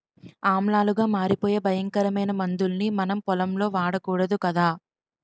ఆమ్లాలుగా మారిపోయే భయంకరమైన మందుల్ని మనం పొలంలో వాడకూడదు కదా